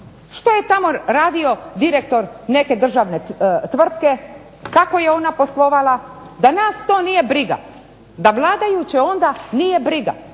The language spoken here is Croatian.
Što je tamo radio direktor neke državne tvrtke, kako je ona poslovala, da nas to nije briga, da vladajuće onda nije briga.